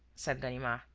said ganimard.